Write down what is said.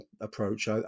approach